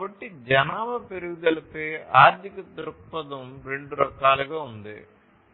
కాబట్టి జనాభా పెరుగుదలపై ఆర్థిక దృక్పథం రెండు రకాలుగా ఉంటుంది